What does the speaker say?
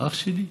האח שלי?